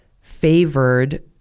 favored